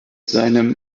seinem